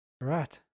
Right